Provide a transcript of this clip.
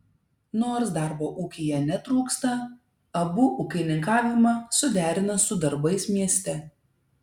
nors darbo ūkyje netrūksta abu ūkininkavimą suderina su darbais mieste